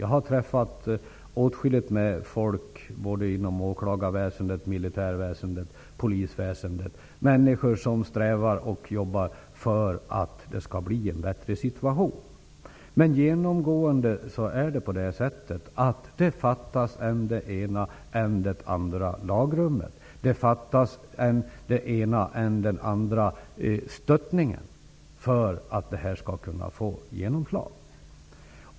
Jag har träffat åtskilliga inom åklagar-, militär och polisväsendet som strävar för en bättre situation, men man saknar genomgående än det ena, än det andra lagrummet eller stödet för att dessa strävanden skall kunna få genomslag.